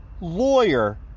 lawyer